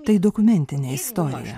tai dokumentinė istorija